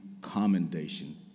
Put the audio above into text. commendation